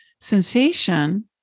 sensation